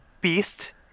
beast